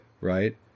Right